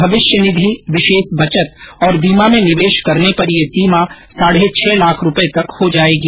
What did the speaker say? भविष्य निधि विशेष बचत और बीमा में निवेश करने पर ये सीमा साढ़े छह लाख रूपये तक हो जाएगी